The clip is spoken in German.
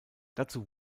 dazu